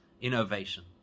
innovation